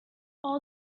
all